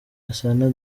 gasana